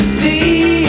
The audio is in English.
see